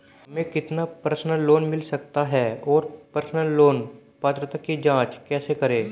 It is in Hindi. हमें कितना पर्सनल लोन मिल सकता है और पर्सनल लोन पात्रता की जांच कैसे करें?